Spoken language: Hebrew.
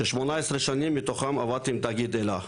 ש-18 שנים מתוכן עבדתי עם תאגיד אל"ה.